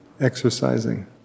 exercising